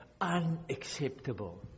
unacceptable